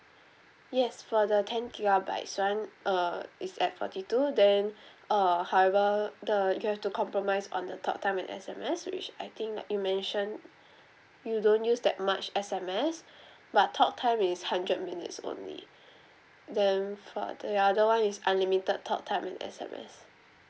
yes for the ten gigabytes [one] err it's at forty two then err however the you have to compromise on the talk time and S_M_S which I think like you mention you don't use that much S_M_S but talk time is hundred minutes only then for the other one is unlimited talk time and S_M_S